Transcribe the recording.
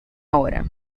hora